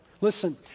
Listen